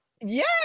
Yes